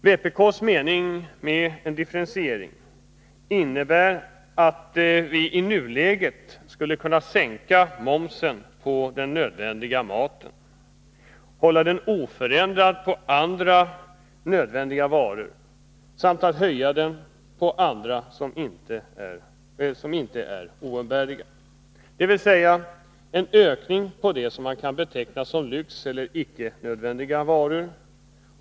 Vpk menar att en differentiering innebär att vi i nuläget skulle kunna sänka 47 momsen på den nödvändiga maten, hålla den oförändrad på andra nödvändiga varor samt höja den på varor som inte är oumbärliga — dvs. en ökning när det gäller det som man kan beteckna som lyxvaror eller icke nödvändiga varor.